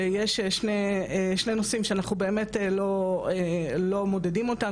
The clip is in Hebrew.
שיש שני נושאים שאנחנו באמת לא מודדים אותם,